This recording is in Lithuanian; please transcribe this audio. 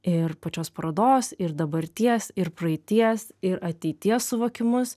ir pačios parodos ir dabarties ir praeities ir ateities suvokimus